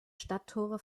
stadttore